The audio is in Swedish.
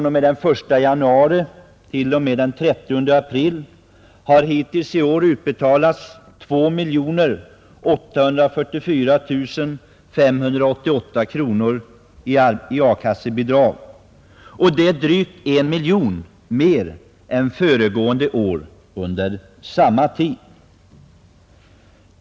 o, m. den 1 januari t.o.m. den 30 april har utbetalats 2 844 588 kronor i A-kassabidrag, vilket är drygt 1 miljon mer än föregående år under samma tidsperiod.